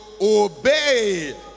obey